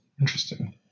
Interesting